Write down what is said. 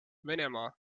venemaa